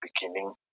beginning